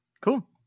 Cool